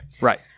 Right